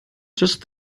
just